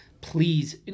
Please